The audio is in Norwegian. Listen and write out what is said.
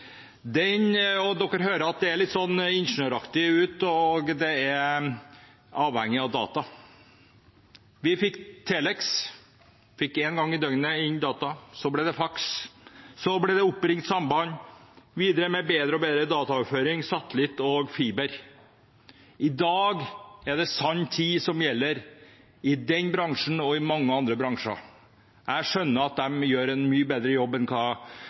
og Danmark den gangen. Man kan høre at dette er litt «ingeniøraktig» og avhengig av data. Vi fikk teleks, og én gang i døgnet kom det inn data. Så kom faxen. Så ble det oppringt samband, med bedre og bedre dataoverføring, satellitt og fiber. I dag er det sanntid som gjelder i den bransjen og i mange andre bransjer. Jeg skjønner at man gjør en mye bedre jobb i dag enn